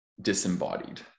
disembodied